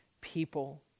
people